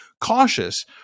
cautious